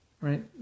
right